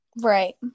right